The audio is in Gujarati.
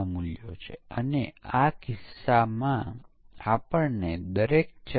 આપણે બે પ્રકારની વસ્તુઓનું પરીક્ષણ કરીએ છીએ એક તે છે કે શું તેની કાર્યક્ષમતા યોગ્ય છે અને પ્રદર્શન પણ યોગ્ય છે